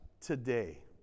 today